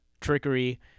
trickery